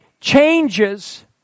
changes